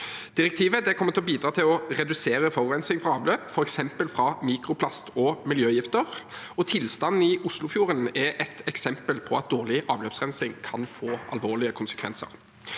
Direktivet kommer til å bidra til å redusere forurensing fra avløp, f.eks. fra mikroplast og miljøgifter. Tilstanden i Oslofjorden er ett eksempel på at dårlig avløpsrensing kan få alvorlige konsekvenser.